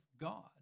God